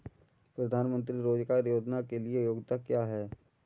प्रधानमंत्री रोज़गार योजना के लिए योग्यता क्या है?